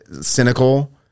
cynical